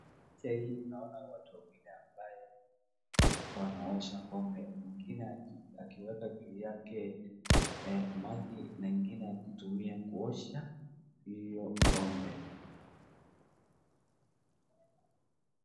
Picha hii naona wawili ambao wanaosha ng'ombe, mwingine akiweka juu yake maji na mwingine akitumia kuosha hiyo ng'ombe.